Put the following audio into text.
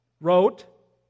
wrote